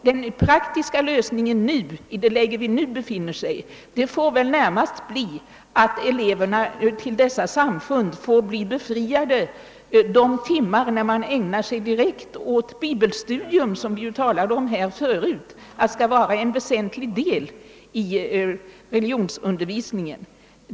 Den praktiska lösningen i det läge vari vi nu befinner oss får väl närmast bli att elever som tillhör dessa samfund befrias från undervisningen under de timmar som direkt ägnas åt bibelstudium, som ju — vilket vi tidigare diskuterade — skall vara en väsentlig del i religionsundervisningen.